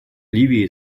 ливии